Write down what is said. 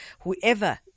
whoever